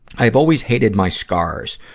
i've always hated my scars.